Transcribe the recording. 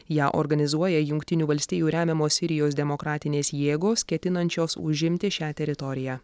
ją organizuoja jungtinių valstijų remiamos sirijos demokratinės jėgos ketinančios užimti šią teritoriją